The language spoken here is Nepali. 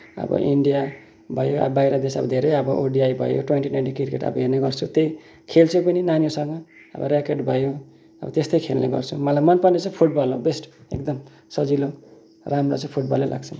अब इन्डिया भयो अब बाहिर देश अब धेरै अब ओडिआई भयो ट्वेन्टी ट्वेन्टी क्रिकेट अब हेर्ने गर्छु त्यही खेल्छुँ पनि नानीहरूसँग अब र्याकेट भयो अब त्यस्तै खेल्ने गर्छु मलाई मनपर्ने चाहिँ फुटबल हो बेस्ट एकदम सजिलो राम्रो चाहिँ फुटबलै लाग्छ मलाई